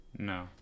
no